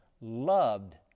loved